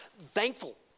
Thankful